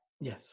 Yes